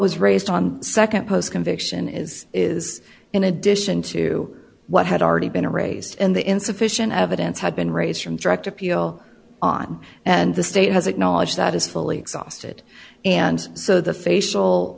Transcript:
was raised on nd post conviction is is in addition to what had already been a raised in the insufficient evidence had been raised from direct appeal on and the state has acknowledged that is fully exhausted and so the facial